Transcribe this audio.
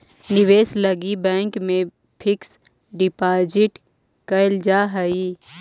निवेश लगी बैंक में फिक्स डिपाजिट कैल जा हई